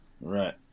Right